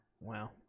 Wow